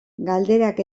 galderak